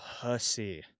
pussy